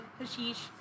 hashish